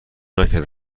نکرده